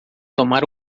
tomar